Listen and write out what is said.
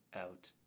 out